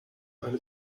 eine